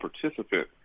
participant